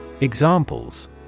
Examples